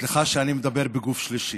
סליחה שאני מדבר בגוף שלישי.